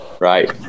Right